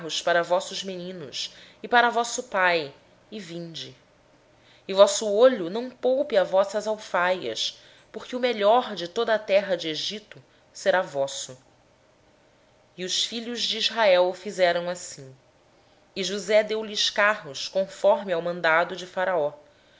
para vossos meninos e para vossas mulheres trazei vosso pai e vinde e não vos pese coisa alguma das vossas alfaias porque o melhor de toda a terra do egito será vosso assim fizeram os filhos de israel josé lhes deu carros conforme o mandado de faraó